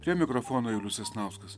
prie mikrofono julius sasnauskas